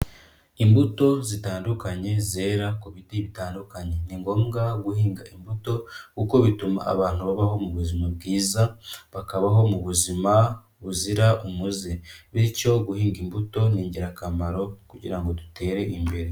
Imbuto zitandukanye zera ku biti bitandukanye, ni ngombwa guhinga imbuto kuko bituma abantu babaho mu buzima bwiza, bakabaho mu buzima buzira umuze. Bityo guhinga imbuto ni ingirakamaro kugira ngo dutere imbere.